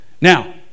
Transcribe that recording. now